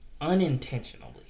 unintentionally